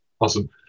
Awesome